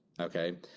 okay